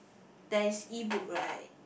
there is e-book right